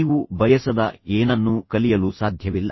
ನೀವು ಬಯಸದ ಏನನ್ನೂ ಕಲಿಯಲು ಸಾಧ್ಯವಿಲ್ಲ